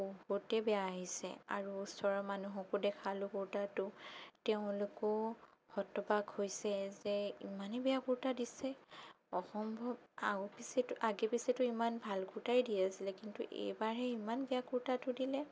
বহুতেই বেয়া আহিছে আৰু ওচৰৰ মানুহকো দেখালোঁ কুৰ্তাটো তেওঁলোকেও হতবাক হৈছে যে ইমানেই বেয়া কুৰ্তা দিছে অসম্ভৱ আগ পিছেতো আগে পিছেতো ইমান ভাল কুৰ্তাই দি আছিলে কিন্তু এইবাৰহে ইমান বেয়া কুৰ্তাটো দিলে